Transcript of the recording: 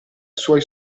suoi